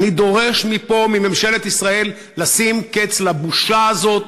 ואני דורש מפה מממשלת ישראל לשים קץ לבושה הזאת,